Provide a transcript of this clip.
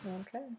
Okay